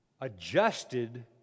adjusted